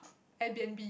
Airbnb